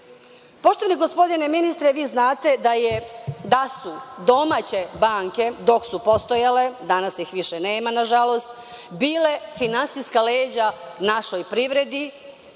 gospodine ministre, vi znate da su domaće banke dok su postojale, danas ih više nema nažalost, bile finansijska leđa našoj privredi,